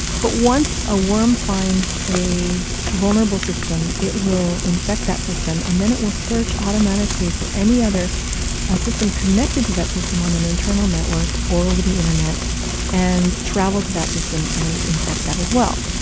but once a worm finds a vulnerable system, it will infect that system, and then it will search automatically for any other ah system connected to that system on an internal network or over the internet and travel to that system and infect that as well